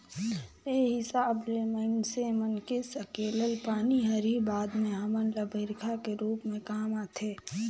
ए हिसाब ले माइनसे मन के सकेलल पानी हर ही बाद में हमन ल बईरखा के रूप में काम आथे